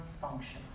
function